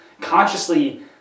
Consciously